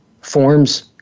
forms